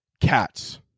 cats